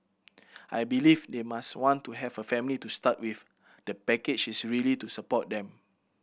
I believe they must want to have a family to start with the package is really to support them